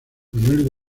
manuel